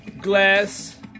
glass